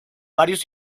varios